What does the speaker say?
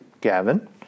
Gavin